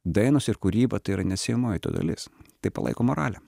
dainos ir kūryba tai yra neatsiejamoji to dalis tai palaiko moralę